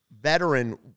veteran